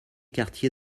quartier